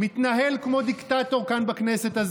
תלמד לדבר בכלל, דוקטור,